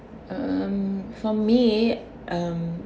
um for me um